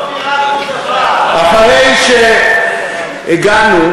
אחרי שהגענו,